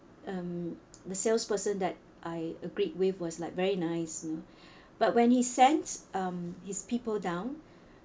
um the salesperson that I agreed with was like very nice you know but when he sent um his people down